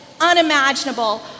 unimaginable